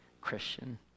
Christian